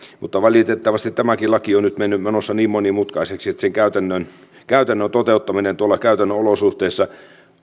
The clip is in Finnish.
mutta valitettavasti tämäkin laki on nyt menossa niin monimutkaiseksi että sen käytännön käytännön toteuttaminen tuolla käytännön olosuhteissa